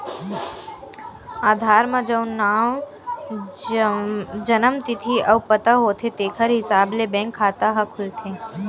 आधार म जउन नांव, जनम तिथि अउ पता होथे तेखर हिसाब ले बेंक खाता ह खुलथे